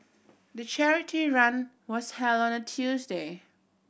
the charity run was held on a Tuesday